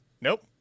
Nope